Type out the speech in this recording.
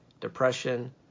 depression